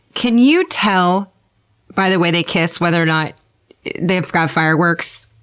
can you tell by the way they kiss whether or not they've got fireworks?